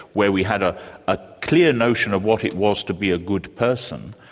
where we had ah a clear notion of what it was to be a good person,